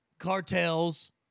cartels